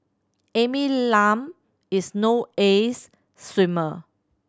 Amy Lam is no ace swimmer